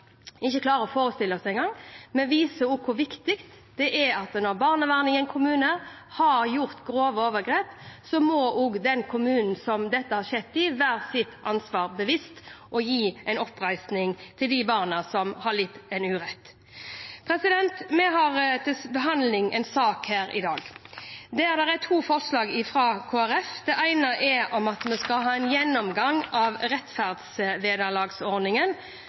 ikke klarer å forestille oss engang, og det viser hvor viktig det er at når barnevernet i en kommune har gjort grove overgrep, må den kommunen som dette har skjedd i, være seg sitt ansvar bevisst og gi oppreisning til de barna som har lidd en urett. Vi har til behandling en sak her i dag der det er to forslag fra Kristelig Folkeparti. Det ene er om at vi skal ha en gjennomgang av rettferdsvederlagsordningen,